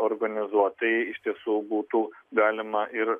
organizuotai iš tiesų būtų galima ir